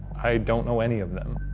i don't know any of them.